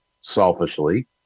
selfishly